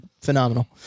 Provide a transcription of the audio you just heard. phenomenal